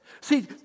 See